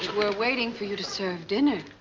we're waiting for you to serve dinner.